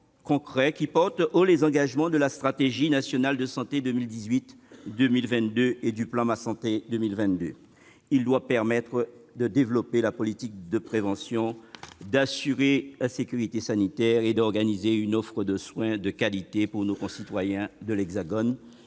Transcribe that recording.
qui porte haut les engagements de la stratégie nationale de santé 2018-2022 et du plan Ma santé 2022. Il doit permettre de développer la politique de prévention, d'assurer la sécurité sanitaire et d'organiser une offre de soins de qualité pour nos concitoyens de l'Hexagone